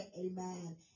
amen